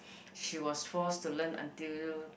she was forced to learn until